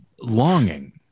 longing